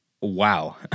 Wow